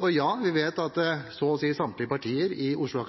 Og ja, vi vet at så å si samtlige partier i Oslo